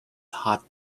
hot